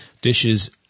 dishes